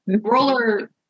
roller